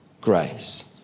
grace